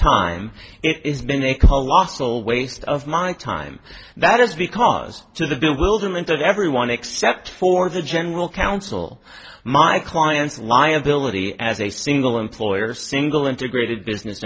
time it has been a colossal waste of my time that is because to the bewilderment of everyone except for the general counsel my clients liability as a single employer single integrated business